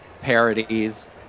parodies